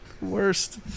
Worst